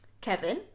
kevin